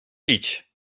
idź